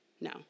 No